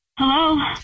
Hello